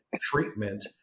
treatment